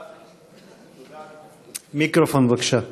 מיקרופון, בבקשה.